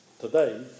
today